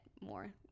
more